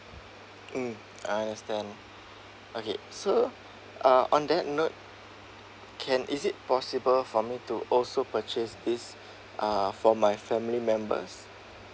mm I understand okay so uh on that note can is it possible for me to also purchase this uh for my family members